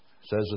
says